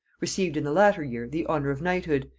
received in the latter year the honor of knighthood,